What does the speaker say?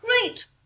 Great